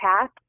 path